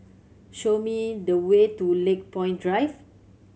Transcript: show me the way to Lakepoint Drive